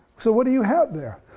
so what do you have there?